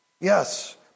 yes